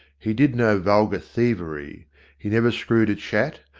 he did no vulgar thievery he never screwed a chat,